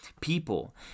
people